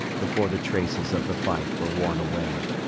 before the traces of the fight were worn away.